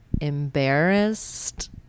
embarrassed